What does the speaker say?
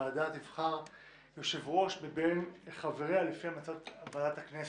הוועדה תבחר יושב-ראש מבין חבריה לפי המלצת ועדת הכנסת.